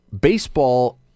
Baseball